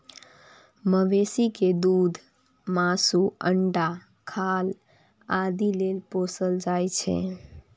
मवेशी कें दूध, मासु, अंडा, खाल आदि लेल पोसल जाइ छै